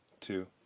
Two